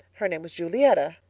her name was julietta.